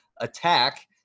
attack